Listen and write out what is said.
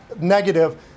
negative